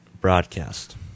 broadcast